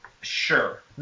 Sure